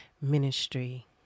Ministry